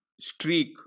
streak